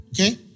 Okay